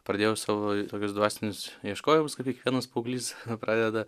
pradėjau savo tokius dvasinius ieškojimus kaip kiekvienas paauglys pradeda